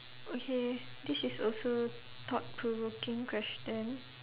okay this is also thought provoking question